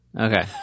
Okay